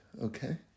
okay